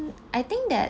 I think that